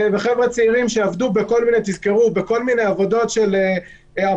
וחבר'ה צעירים שעבדו בכל מיני עבודות רכות,